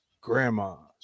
Grandmas